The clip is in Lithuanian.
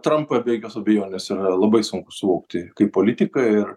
trampui be jokios abejonės yra labai sunku suvokt kaip politiką ir